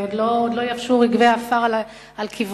עוד לא יבשו רגבי העפר על קברו,